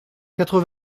quatre